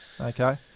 Okay